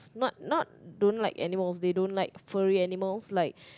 not not don't like animals they don't like furry animals like